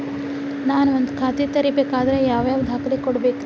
ನಾನ ಒಂದ್ ಖಾತೆ ತೆರಿಬೇಕಾದ್ರೆ ಯಾವ್ಯಾವ ದಾಖಲೆ ಕೊಡ್ಬೇಕ್ರಿ?